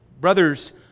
Brothers